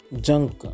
Junk